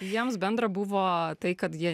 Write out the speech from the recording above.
jiems bendra buvo tai kad jie